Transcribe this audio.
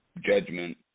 judgment